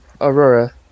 Aurora